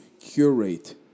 curate